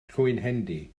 llwynhendy